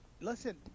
listen